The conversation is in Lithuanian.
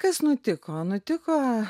kas nutiko nutiko